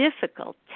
difficult